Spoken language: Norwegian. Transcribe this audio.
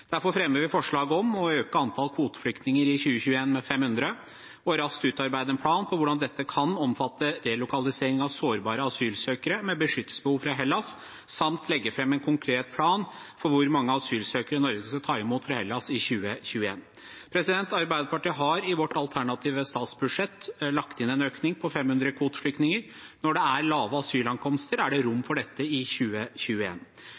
Derfor fremmer vi forslag om å øke antallet kvoteflyktninger i 2021 med 500 og raskt utarbeide en plan for hvordan dette kan omfatte relokalisering av sårbare asylsøkere med beskyttelsesbehov fra Hellas, samt legge fram en konkret plan for hvor mange asylsøkere Norge skal ta imot fra Hellas i 2021. Arbeiderpartiet har i vårt alternative statsbudsjett lagt inn en økning på 500 kvoteflyktninger. Når det er lave asylankomster, er det